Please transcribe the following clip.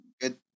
good